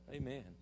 Amen